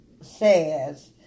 says